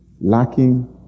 lacking